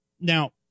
Now